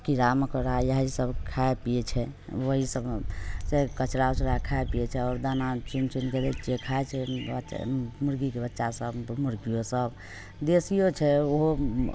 कीड़ा मकोड़ा इहए सब खाए पीए छै ओहए सब सब कचड़ा ओचड़ा खाय पीए छै आओर दाना चुनि चुनिके देखैत छियै खाए छै मुर्गीके बच्चा सब मुर्गिओ सब देशिओ छै ओहो